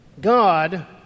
God